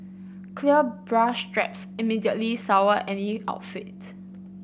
clear bra straps immediately sour any outfits